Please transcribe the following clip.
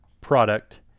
product